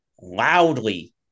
loudly